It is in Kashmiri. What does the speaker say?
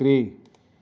ترٛےٚ